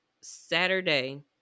Saturday